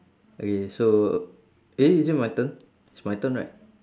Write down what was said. okay so eh is it my turn it's my turn right